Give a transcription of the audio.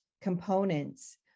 components